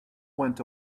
went